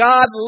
God